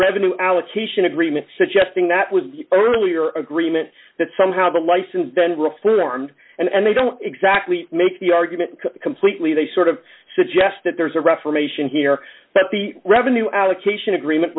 revenue allocation agreement suggesting that was earlier agreement that somehow the license then reformed and they don't exactly make the argument completely they sort of suggest that there's a reformation here but the revenue allocation agreement